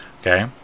okay